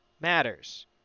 matters